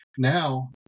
Now